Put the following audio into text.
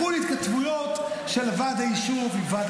הראו לי התכתבויות של ועד היישוב עם ועד